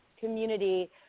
community